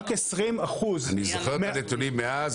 רק 20%. אני זוכר את הנתונים מאז.